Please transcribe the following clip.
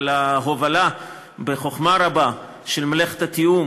ועל ההובלה בחוכמה רבה של מלאכת התיאום